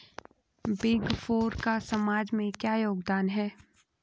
Big four का समाज में क्या योगदान है?